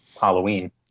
Halloween